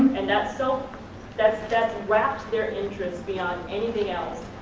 and that's so that's that's wrapped their interest beyond anything else